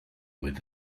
with